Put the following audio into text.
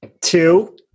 Two